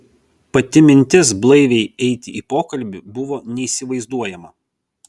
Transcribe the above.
pati mintis blaiviai eiti į pokalbį buvo neįsivaizduojama